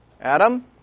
Adam